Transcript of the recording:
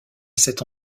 cet